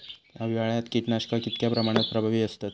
हिवाळ्यात कीटकनाशका कीतक्या प्रमाणात प्रभावी असतत?